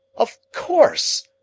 of course,